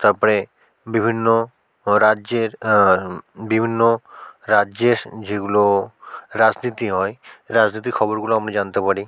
তারপরে বিভিন্ন রাজ্যের বিভিন্ন রাজ্যের যেগুলো রাজনীতি হয় রাজনীতির খবরগুলো আমরা জানতে পারি